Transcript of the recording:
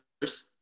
first